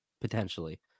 potentially